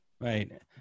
Right